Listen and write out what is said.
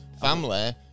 family